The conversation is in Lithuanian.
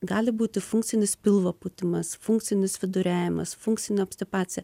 gali būti funkcinis pilvo pūtimas funkcinis viduriavimas funkcinė obstipacija